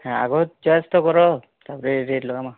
ଆଗ ଚଏସ୍ ତ କର ତାପରେ ରେଟ୍ ଲଗାମା